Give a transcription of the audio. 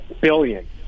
billion